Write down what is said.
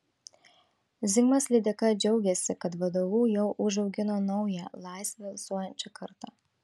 zigmas lydeka džiaugėsi kad vdu jau užaugino naują laisve alsuojančią kartą